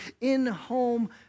in-home